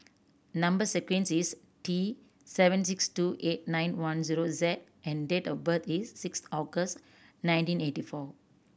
number sequence is T seven six two eight nine one zero Z and date of birth is six August nineteen eighty four